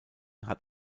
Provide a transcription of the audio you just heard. hat